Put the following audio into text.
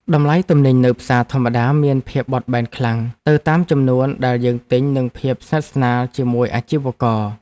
តម្លៃទំនិញនៅផ្សារធម្មតាមានភាពបត់បែនខ្លាំងទៅតាមចំនួនដែលយើងទិញនិងភាពស្និទ្ធស្នាលជាមួយអាជីវករ។